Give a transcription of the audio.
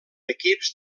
equips